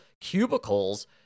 cubicles